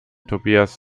tobias